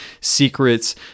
secrets